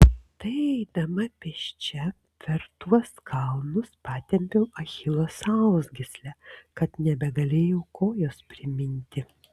tai eidama pėsčia per tuos kalnus patempiau achilo sausgyslę kad nebegalėjau kojos priminti